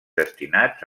destinats